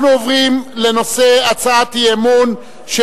אנחנו עוברים להצעת האי-אמון של